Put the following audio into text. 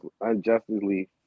unjustly